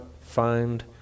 find